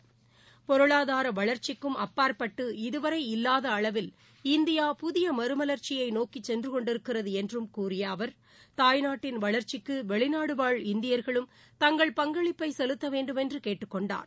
இல்லாதஅளவில் பொருளாதாராவளர்ச்சிக்கும் அப்பாற்பட்டு இதுவரை இந்தியா புதியமறுமலர்ச்சியைநோக்கிசென்றுகொண்டிருக்கிறதுஎன்றும் கூறியஅவர் தாய்நாட்டின் வளர்ச்சிக்குவெளிநாடுவாழ் இந்தியர்களும் தங்கள் பங்களிப்பைசெலுத்தவேண்டுமென்றுகேட்டுக் கொண்டார்